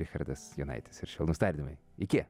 richardas jonaitis ir švelnūs tardymai iki